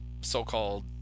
so-called